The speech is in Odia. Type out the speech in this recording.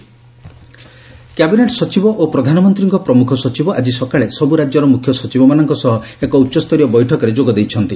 cabinet secretary meeting covid cabinet ସଚିବ ଓ ପ୍ରଧାନମନ୍ତ୍ରୀଙ୍କ ପ୍ରମୁଖ ସଚିବ ଆଜି ସକାଳେ ସବୁ ରାଜ୍ୟର ମୁଖ୍ୟ ସଚିବମାନଙ୍କ ସହ ଏକ ଉଚ୍ଚସ୍ତରୀୟ ବୈଠକରେ ଯୋଗଦେଇଛନ୍ତି